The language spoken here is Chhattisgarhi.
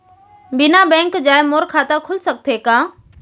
बिना बैंक जाए मोर खाता खुल सकथे का?